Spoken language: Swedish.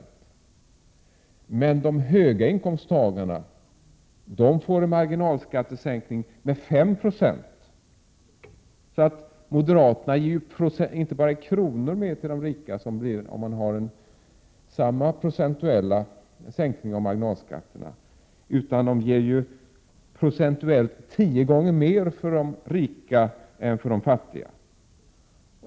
De som har höga inkomster får en marginalskattesänkning med 5 9. Moderaterna ger ju inte bara i kronor räknat mera till de rika om man har samma procentuella sänkning av marginalskatterna, utan de ger procentuellt tio gånger mer till de rika än till de fattiga.